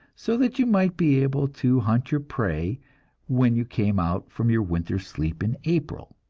so that you might be able to hunt your prey when you came out from your winter's sleep in april.